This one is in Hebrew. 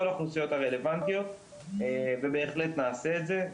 האוכלוסיות הרלוונטיות ובהחלט נעשה את זה.